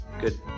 good